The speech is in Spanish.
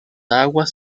aguas